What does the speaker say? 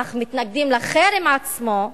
אך מתנגדים לחרם עצמו,